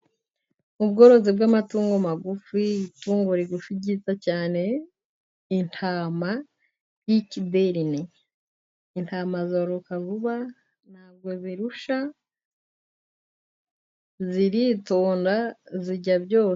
Ubworozi bw'amatungo magufi itungo rigufi ryiza cyane intama y'ikiberini intama zororoka vuba ntabwo zirushya ziritonda zirya byose.